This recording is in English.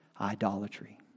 Idolatry